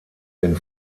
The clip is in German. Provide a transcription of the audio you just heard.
den